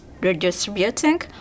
redistributing